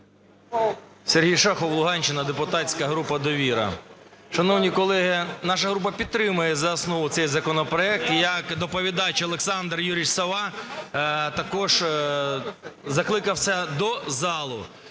Сергій Шахов, Луганщина, депутатська група "Довіра". Шановні колеги, наша група підтримає за основу цей законопроект, і як доповідач Олександр Юрійович Сова також закликав до залу.